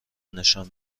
نشان